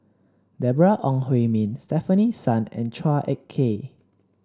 Deborah Ong Hui Min Stefanie Sun and Chua Ek Kay